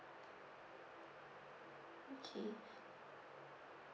okay